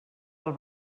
del